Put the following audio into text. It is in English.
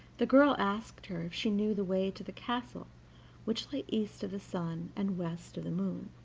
the girl asked her if she knew the way to the castle which lay east of the sun and west of the moon